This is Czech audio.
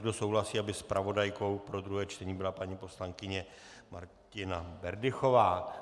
Kdo souhlasí, aby zpravodajkou pro druhé čtení byla paní poslankyně Martina Berdychová?